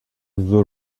взор